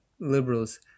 liberals